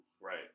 Right